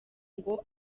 ngo